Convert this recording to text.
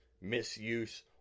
misuse